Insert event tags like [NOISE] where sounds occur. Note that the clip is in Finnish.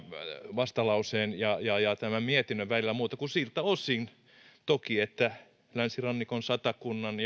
vastalauseen ja ja tämän mietinnön välillä muuta kuin siltä osin toki että länsirannikon satakunnan [UNINTELLIGIBLE]